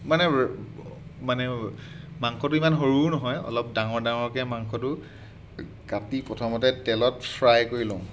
মানে মানে মাংসটো ইমান সৰুও নহয় অলপ ডাঙৰ ডাঙৰকৈ মাংসটো কাটি প্ৰথমতে তেলত ফ্ৰাই কৰি লওঁ